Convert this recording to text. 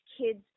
kids